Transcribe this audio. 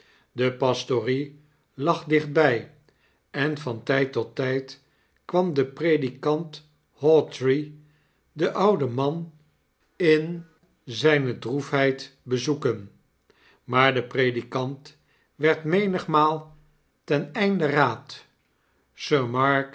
de pastorie lag dichtby en van tijd tot tyd kwam de predikant hawtrey den ouden man in zyne droefheid bezoeken maar de predikant werd menigmaal ten einde raad